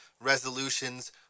resolutions